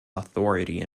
authority